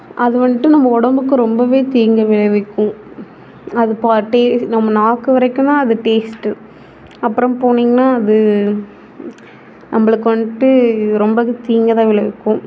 அது வந்துட்டு நம்ம உடம்புக்கு ரொம்ப தீங்கை விளைவிக்கும் அது பா டே நம்ம நாக்கு வரைக்குந்தான் அது டேஸ்ட்டு அப்புறம் போனீங்கன்னா அது நம்மளுக்கு வந்துட்டு ரொம்ப தீங்கை தான் விளைவிக்கும்